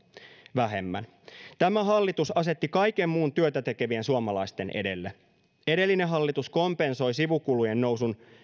vähemmän tämä hallitus asetti kaiken muun työtä tekevien suomalaisten edelle edellinen hallitus kompensoi sivukulujen nousun